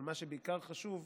אבל מה שבעיקר חשוב: